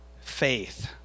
faith